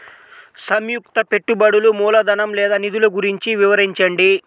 సంయుక్త పెట్టుబడులు మూలధనం లేదా నిధులు గురించి వివరించండి?